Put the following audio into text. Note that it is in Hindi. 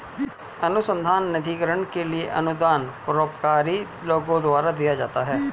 अनुसंधान निधिकरण के लिए अनुदान परोपकारी लोगों द्वारा दिया जाता है